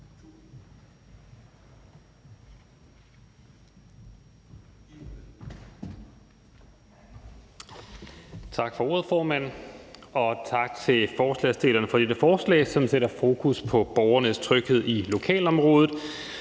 Tak for ordet, formand, og tak til forslagsstillerne for dette forslag, som sætter fokus på borgernes tryghed i lokalområdet.